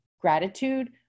gratitude